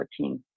2014